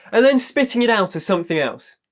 and then spitting it out as something else.